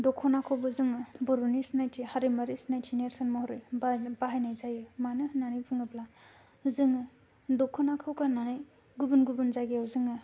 दखनाखौबो जोंङो बर'नि सिनायथि हारिमुआरि सिनायथि नेरसोन महरै बाहायनाय जायो मानो होननानै बुंङोब्ला जोंङो दख'नाखौ गाननानै गुबुन गुबुन जायगायाव जोंङो